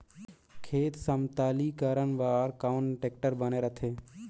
खेत समतलीकरण बर कौन टेक्टर बने रथे?